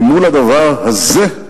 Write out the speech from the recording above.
כי מול הדבר הזה,